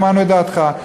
שמענו את דעתך.